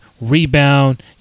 rebound